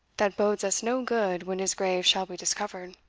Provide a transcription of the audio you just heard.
that bodes us no good when his grave shall be discovered.